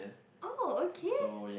oh okay